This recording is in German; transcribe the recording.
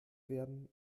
werden